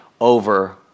over